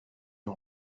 you